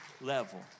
level